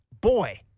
boy